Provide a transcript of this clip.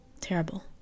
terrible